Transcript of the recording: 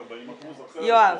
יואב.